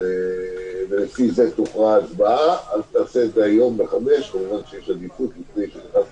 והוא דוחה את זה כדי שזה יכנס לתוקף.